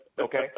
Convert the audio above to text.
Okay